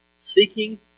Seeking